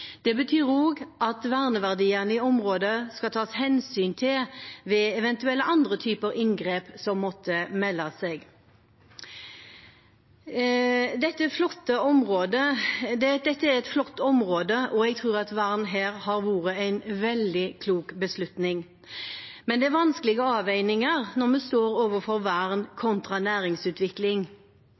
Det betyr også at verneverdiene i området skal tas hensyn til ved eventuelle andre typer inngrep som måtte melde seg. Dette er et flott område, og jeg tror at vern her har vært en veldig klok beslutning, men det er vanskelige avveininger når vi står overfor vern kontra næringsutvikling.